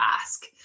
ask